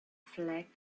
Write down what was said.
flagged